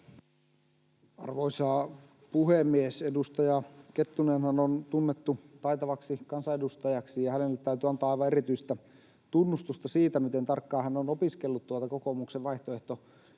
Arvoisa puhemies! Edustaja Kettunenhan on tunnettu taitavaksi kansanedustajaksi, ja hänelle täytyy antaa aivan erityistä tunnustusta siitä, miten tarkkaan hän on opiskellut tuota kokoomuksen vaihtoehtobudjettia.